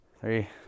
three